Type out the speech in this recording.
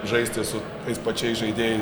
žaisti su tais pačiais žaidėjais